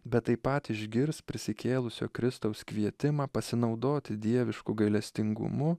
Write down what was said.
bet taip pat išgirs prisikėlusio kristaus kvietimą pasinaudoti dievišku gailestingumu